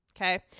Okay